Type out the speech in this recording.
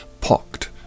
pocked